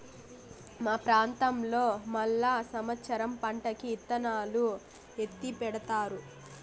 మా ప్రాంతంలో మళ్ళా సమత్సరం పంటకి ఇత్తనాలు ఎత్తిపెడతారు